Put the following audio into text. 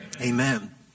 Amen